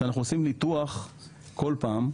כשאנחנו עושים ניתוח כל פעם,